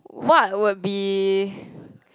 what would be